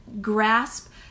grasp